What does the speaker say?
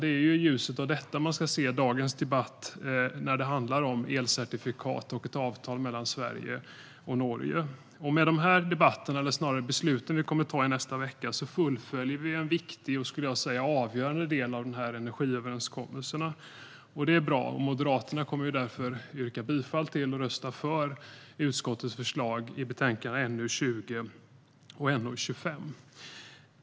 Det är i ljuset av detta man ska se dagens debatt om elcertifikat och ett avtal mellan Sverige och Norge. Med de beslut vi kommer att ta i nästa vecka fullföljer vi en viktig och avgörande del av energiöverenskommelsen. Jag yrkar därför bifall till utskottets förslag i betänkandena NU20 och NU25.